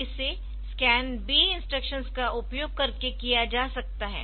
इसे SCAS B instructions का उपयोग करके किया जा सकता है